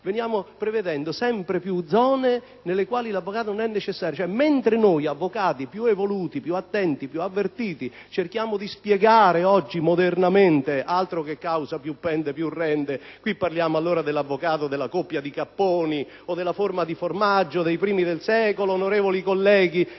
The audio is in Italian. Veniamo prevedendo sempre più zone nelle quali l'avvocato non è necessario. Ciò mentre noi, avvocati più attenti, più evoluti, più avvertiti, cerchiamo di spiegare oggi modernamente - altro che causa più pende più rende! Qui parliamo allora dell'avvocato della coppia di capponi o della forma di formaggio dei primi del secolo, onorevoli colleghi